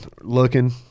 looking